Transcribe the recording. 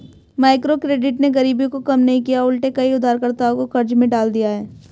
microcredit ने गरीबी को कम नहीं किया उलटे कई उधारकर्ताओं को कर्ज में डाल दिया है